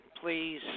please